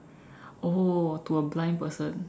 oh to a blind person